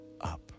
up